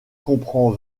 comprend